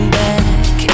back